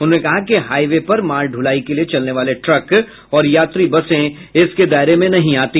उन्होंने कहा है कि हाईवे पर माल ढुलाई के लिए चलने वाले ट्रक और यात्री बसें इसके दायरे में नहीं आती